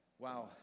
Wow